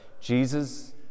Jesus